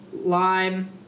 lime